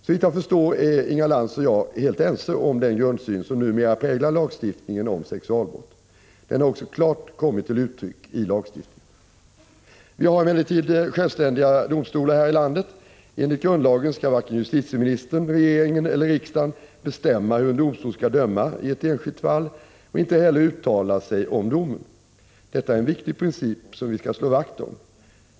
Såvitt jag förstår är Inga Lantz och jag helt ense om den grundsyn som numera präglar lagstiftningen om sexualbrott. Den har också klart kommit till uttryck i lagstiftningen. Vi har emellertid självständiga domstolar här i landet. Enligt grundlagen skall varken justitieministern, regeringen eller riksdagen bestämma hur en domstol skall döma i ett enskilt fall och inte heller uttala sig om domen. Detta är en viktig princip som vi skall slå vakt om.